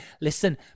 Listen